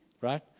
right